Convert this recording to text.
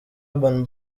urban